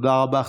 תודה רבה.